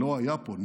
שלא היה פה,